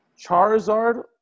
Charizard